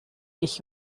ich